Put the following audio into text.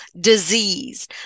disease